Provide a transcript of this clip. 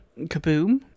kaboom